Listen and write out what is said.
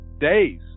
days